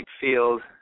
Field